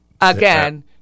Again